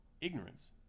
ignorance